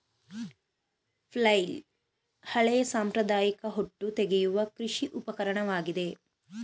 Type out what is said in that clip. flail ಹಳೆಯ ಸಾಂಪ್ರದಾಯಿಕ ಹೊಟ್ಟು ತೆಗೆಯುವ ಕೃಷಿ ಉಪಕರಣವಾಗಿದೆ